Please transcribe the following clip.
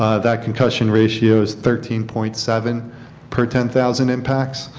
ah that concussion rate is thirteen point seven per ten thousand impacts.